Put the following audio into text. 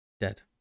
dead